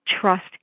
Trust